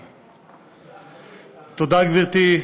תודה, גברתי.